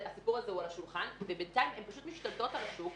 הסיפור הזה הוא על השולחן ובינתיים הן פשוט משתלטות על השוק.